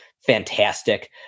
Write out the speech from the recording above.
fantastic